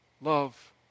love